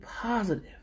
positive